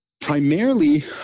primarily